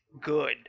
good